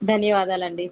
ధన్యవాదాలండి